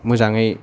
मोजाङै